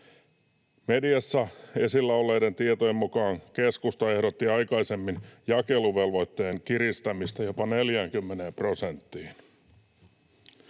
Mediassa esillä olleiden tietojen mukaan keskusta ehdotti aikaisemmin jakeluvelvoitteen kiristämistä jopa 40 prosenttiin.